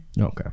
okay